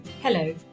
Hello